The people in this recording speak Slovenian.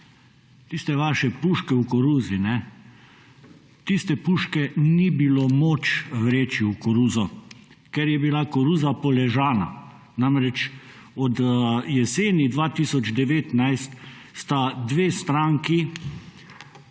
tiste vaše puške v koruzi, tiste puške ni bilo moč vreči v koruzo, ker je bila koruza poležana. Namreč, od jeseni 2019 sta dve stranki iz